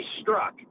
struck